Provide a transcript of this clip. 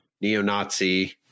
neo-Nazi